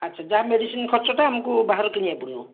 ଆଚ୍ଛା ଯାହା ମେଡ଼ିସିନ ଖର୍ଚ୍ଚଟା ଆମକୁ ବାହାରୁ କିଣିବାକୁ ପଡ଼ିବ